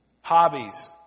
hobbies